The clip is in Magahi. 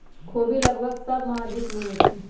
ख़ोबि लगभग सभ महाद्वीप में होइ छइ